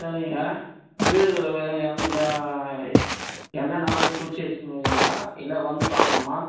சரிங்க வீடுகள் எ எந்த நாள் குறிச்சு வைச்சுருக்கீங்களா இல்லை வந்து பார்க்கணுமா